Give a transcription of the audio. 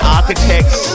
Architects